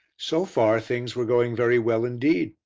so far things were going very well indeed.